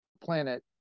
planet